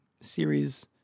series